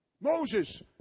Moses